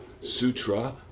sutra